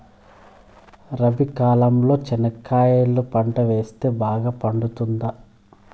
రబి కాలంలో చెనక్కాయలు పంట వేస్తే బాగా పండుతుందా?